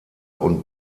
und